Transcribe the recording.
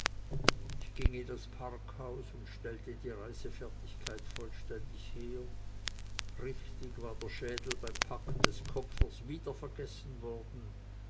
ich ging in das parkhaus und stellte die reisefertigkeit vollständig her richtig war der schädel beim packen des koffers wieder vergessen worden